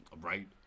Right